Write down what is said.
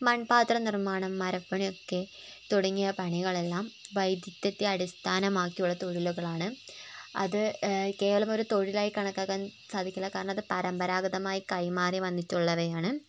മൺപാത്ര നിർമ്മാണം മരപ്പണി ഒക്കെ തുടങ്ങിയ പണികളെല്ലാം വൈദഗ്ധ്യത്തെ അടിസ്ഥാനമാക്കിയുള്ള തൊഴിലുകളാണ് അത് കേവലം ഒരു തൊഴിലായി കണക്കാക്കാൻ സാധിക്കില്ല കാരണം അത് പരമ്പരാഗതമായി കൈമാറി വന്നിട്ടുള്ളവയാണ്